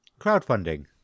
crowdfunding